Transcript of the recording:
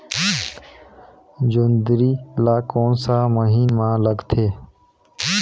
जोंदरी ला कोन सा महीन मां लगथे?